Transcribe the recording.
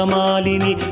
Malini